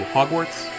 Hogwarts